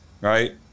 right